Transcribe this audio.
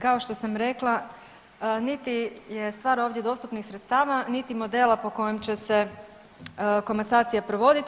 kao što sam rekla niti je stvar ovdje dostupnih sredstava, niti modela po kojem će se komasacija provoditi.